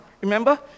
Remember